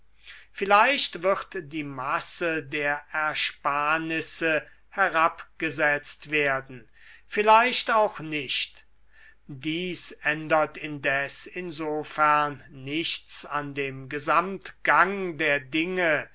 vielleicht wird die masse der ersparnisse herabgesetzt werden vielleicht auch nicht dies ändert indes insofern nichts an dem gesamtgang der dinge